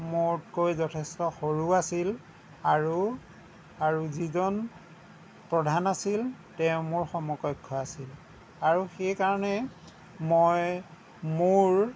মোৰতকৈ যথেষ্ট সৰু আছিল আৰু আৰু যিজন প্ৰধান আছিল তেওঁ মোৰ সমকক্ষ্য আছিল আৰু সেইকাৰণে মই মোৰ